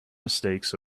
mistakes